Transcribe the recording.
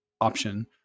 option